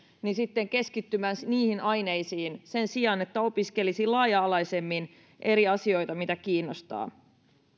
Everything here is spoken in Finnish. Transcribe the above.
valitsee keskittymisen niihin aineisiin sen sijaan että opiskelisi laaja alaisemmin eri asioita mitkä kiinnostavat